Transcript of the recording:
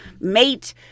mate